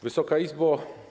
Wysoka Izbo!